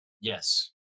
Yes